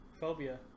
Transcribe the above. phobia